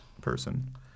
person